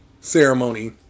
ceremony